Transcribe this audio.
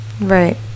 Right